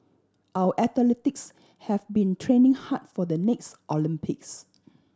our athletes have been training hard for the next Olympics